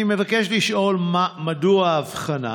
אני מבקש לשאול: 1. מדוע ההבחנה?